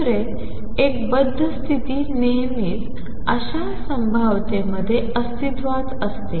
दुसरे एक बद्ध स्तिथी नेहमीच अशा संभाव्यतेमध्ये अस्तित्वात असते